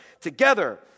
together